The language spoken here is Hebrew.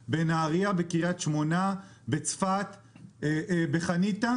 בנהרייה, בקריית שמונה, בצפת ובחניתה.